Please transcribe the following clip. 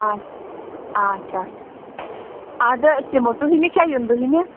اَ آچھا آچھا اَدٕ أسۍ یِمو دٔہِمہِ چھا یُن دٔہِمہِ